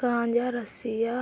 गांजा रस्सी या